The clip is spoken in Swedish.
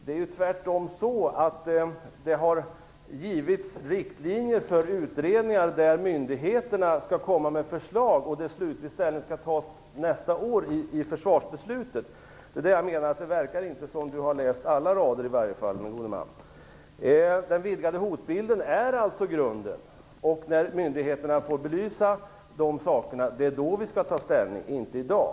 Det är tvärtom så att det har givits riktlinjer för utredningar där myndigheterna skall komma med förslag och där slutlig ställning skall tas nästa år i försvarsbeslutet. Det verkar inte som om den gode Henrik Landerholm har läst alla rader i varje fall. Den vidgade hotbilden är grunden. Det är när myndigheterna har fått belysa de frågorna som vi skall ställning, inte i dag.